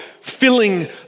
filling